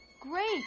Great